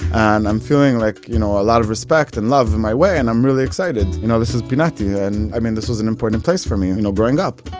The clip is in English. and i'm feeling like, you know, a lot of respect and love my way and i'm really excited. you know this is pinati, and i mean this was an important place for me, you know, growing up